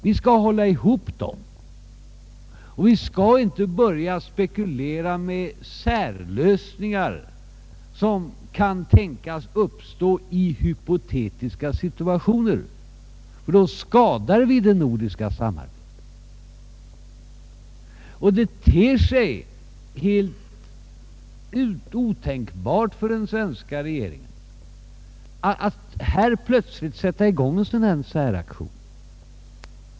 Vi skall hålla ihop dem, och vi skall inte börja spekulera med särlösningar som kan tänkas uppstå i hypotetiska situationer, ty då skadar vi det nordiska samarbetet. Det ter sig helt otänkbart för den svenska regeringen att plötsligt sätta i gång en sådan säraktion.